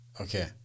Okay